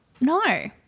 no